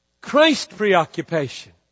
Christ-preoccupation